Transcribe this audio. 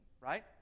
Right